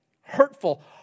hurtful